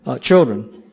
children